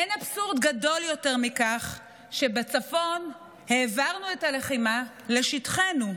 אין אבסורד גדול יותר מכך שבצפון העברנו את הלחימה לשטחנו.